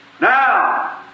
Now